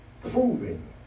proving